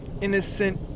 innocent